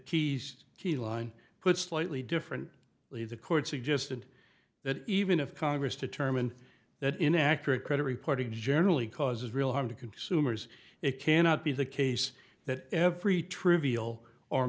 keys key line put slightly different leave the court suggested that even if congress to terminate that inaccurate credit reporting generally causes real harm to consumers it cannot be the case that every trivial or